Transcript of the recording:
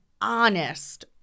honest